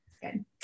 good